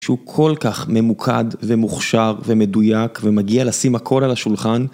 שהוא כל כך ממוקד ומוכשר ומדויק ומגיע לשים הכול על השולחן.